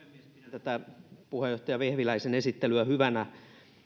tätä puheenjohtaja vehviläisen esittelyä hyvänä